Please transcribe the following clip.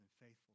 faithful